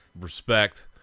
respect